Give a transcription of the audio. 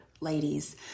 ladies